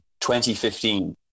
2015